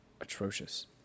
atrocious